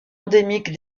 endémiques